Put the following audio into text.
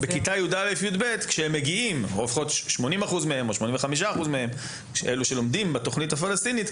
80% או 85% מהם שלומדים בתוכנית הפלסטינית,